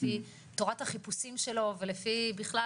לפי תורת החיפושים שלו ולפי בכלל,